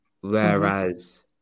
Whereas